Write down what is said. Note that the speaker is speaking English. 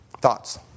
Thoughts